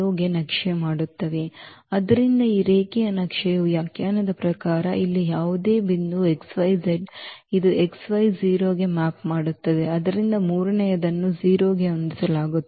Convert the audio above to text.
ಗೆ ನಕ್ಷೆ ಮಾಡುತ್ತವೆ ಆದ್ದರಿಂದ ಈ ರೇಖೀಯ ನಕ್ಷೆಯ ವ್ಯಾಖ್ಯಾನದ ಪ್ರಕಾರ ಇಲ್ಲಿ ಯಾವುದೇ ಬಿಂದು x y z ಇದು x y 0 ಗೆ ಮ್ಯಾಪ್ ಮಾಡುತ್ತದೆ ಆದ್ದರಿಂದ ಮೂರನೆಯದನ್ನು 0 ಗೆ ಹೊಂದಿಸಲಾಗುವುದು